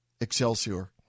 Excelsior